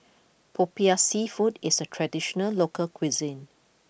Popiah Seafood is a traditional local cuisine